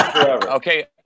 Okay